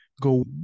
go